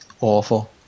awful